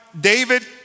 David